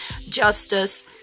Justice